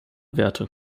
werte